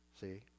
See